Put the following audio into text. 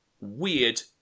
weird